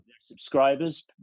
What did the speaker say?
subscribers